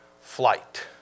flight